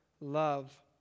love